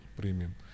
premium